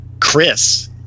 Chris